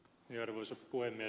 arvoisa puhemies